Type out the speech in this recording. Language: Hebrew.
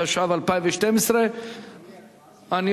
התשע"ב 2012. הגיע סגן שר האוצר.